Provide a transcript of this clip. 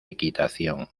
equitación